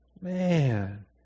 Man